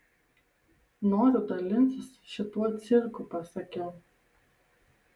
noriu dalintis šituo cirku pasakiau